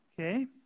okay